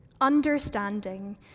understanding